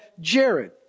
Jared